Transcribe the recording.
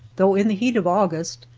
though in the heat of august,